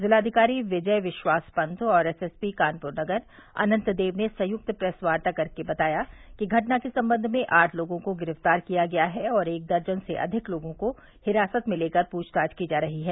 जिलाधिकारी विजय विश्वास पन्त और एसएसपी कानपुर नगर अनन्त देव ने संयुक्त प्रेस वार्ता कर के बताया कि घटना के सम्बन्ध में आठ लोगो को गिरफ्तार किया गया है और एक दर्जन से अधिक लोगो को हिरासत में लेकर पूछतांछ की जा रही है